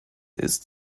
ist